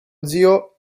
zio